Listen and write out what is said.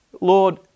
Lord